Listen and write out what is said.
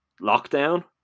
lockdown